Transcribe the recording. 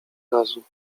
razu